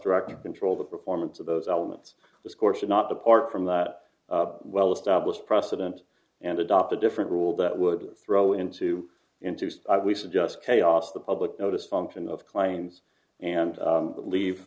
directly control the performance of those elements the score should not depart from that well established precedent and adopt a different rule that would throw into into so we suggest chaos the public notice function of claims and leave